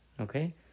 Okay